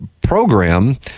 program